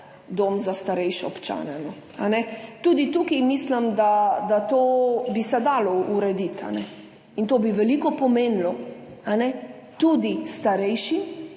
dom za starejše občane. Tudi tukaj mislim, da to bi se dalo urediti in to bi veliko pomenilo, tudi starejšim,